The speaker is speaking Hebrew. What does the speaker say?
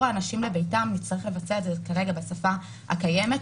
האנשים לביתם נצטרך לבצע את זה כרגע בשפה הקיימת,